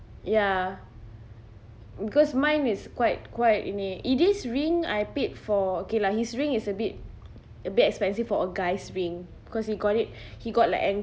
ya because mine is quite quite eday's ring I paid for okay lah his ring is a bit a bit expensive for a guy's ring because he got it he got like